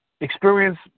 experience